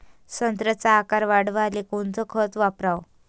संत्र्याचा आकार वाढवाले कोणतं खत वापराव?